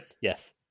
Yes